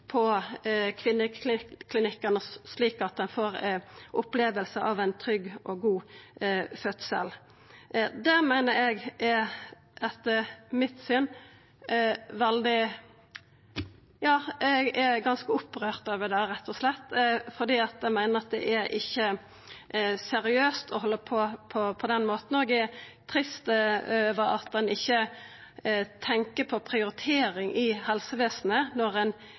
på kvinneklinikken, slik at ein får ei oppleving av ein trygg og god fødsel. Eg er ganske opprørt over det, rett og slett, fordi eg meiner at det ikkje er seriøst å halda på på den måten, og eg er trist over at ein ikkje tenkjer på prioritering i helsevesenet når ein